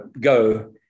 go